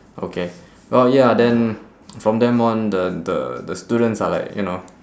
okay well ya then from then on the the the students are like you know